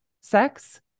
sex